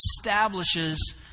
establishes